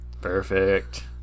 Perfect